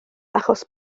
achos